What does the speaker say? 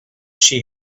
she